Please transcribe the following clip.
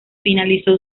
finalizó